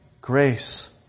Grace